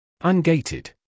Ungated